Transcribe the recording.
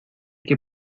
que